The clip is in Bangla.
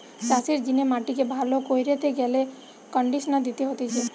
চাষের জিনে মাটিকে ভালো কইরতে গেলে কন্ডিশনার দিতে হতিছে